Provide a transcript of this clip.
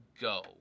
go